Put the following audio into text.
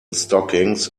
stockings